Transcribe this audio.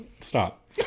Stop